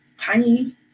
tiny